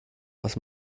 was